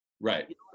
Right